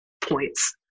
points